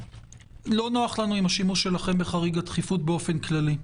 לא נוח לנו עם השימוש שלכם עם חריג הדחיפות באופן כללי.